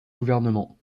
gouvernement